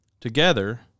together